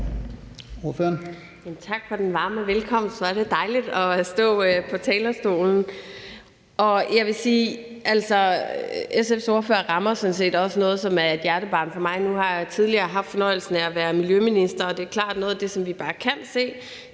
Tak for den varme velkomst; hvor er det dejligt at stå på talerstolen. SF's ordfører rammer sådan set også noget, der er et hjertebarn for mig. Nu har jeg tidligere haft fornøjelsen af at være miljøminister, og det er klart, at noget af det, som vi bare kan se